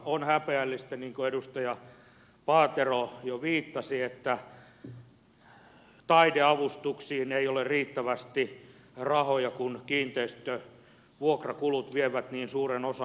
on häpeällistä mihin edustaja paatero jo viittasi että taideavustuksiin ei ole riittävästi rahoja kun kiinteistövuokrakulut vievät niin suuren osan